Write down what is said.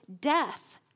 death